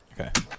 Okay